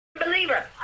believer